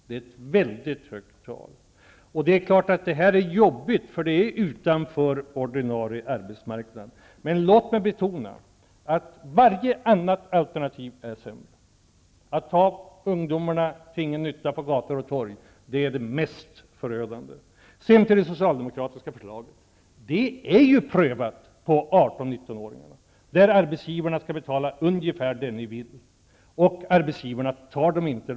Det är ett mycket högt tak. Det här är jobbigt, för det är utanför den ordinarie arbetsmarknaden. Men låt mig betona att varje annat alternativ är sämre. Att ha ungdomarna till ingen nytta ute på gator och torg är det mest förödande. Sedan till det socialdemokratiska förslaget. Det är ju prövat på 18--19-åringarna. Arbetsgivarna skulle betala ungefär det ni vill, men arbetsgivarna tar dem inte.